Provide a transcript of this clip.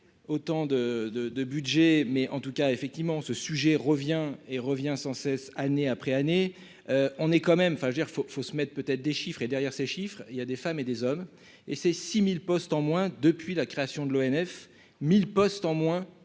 autant de de de budget mais en tout cas, effectivement ce sujet revient et revient sans cesse, année après année, on est quand même, enfin je veux dire faut faut se mettent peut être déchiffré derrière ces chiffres, il y a des femmes et des hommes, et ses 6000 postes en moins depuis la création de l'ONF 1000 postes en moins